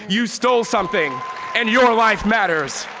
you stole something and your life matters.